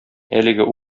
әлеге